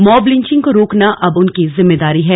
mob lynching को रोकना अब उनकी जिम्मेदारी है